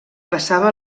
passava